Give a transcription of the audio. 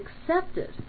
accepted